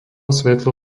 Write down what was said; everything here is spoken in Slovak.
svetlo